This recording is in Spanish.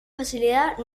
facilidad